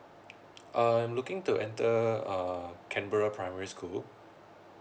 I'm looking to enter uh canberra primary school